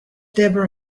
debra